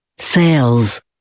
sales